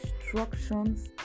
instructions